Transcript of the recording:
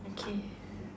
okay